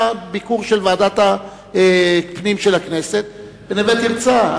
היה ביקור של ועדת הפנים של הכנסת ב"נווה תרצה".